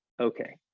okay